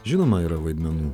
žinoma yra vaidmenų